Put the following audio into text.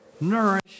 nourish